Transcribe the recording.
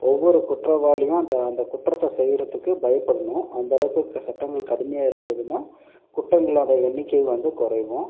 ஒவ்வொரு குற்றவாளியும் அந்த அந்த குற்றத்தை செய்யறத்துக்கு பயப்புடணும் அந்தளவுக்கு சட்டங்கள் கடுமையாக இருந்துதுன்னா குற்றங்களோட எண்ணிக்கை வந்து குறையும்